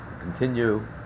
Continue